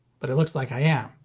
but it looks like i am.